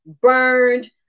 burned